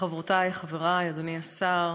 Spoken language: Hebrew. חברותי, חברי, אדוני השר,